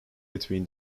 between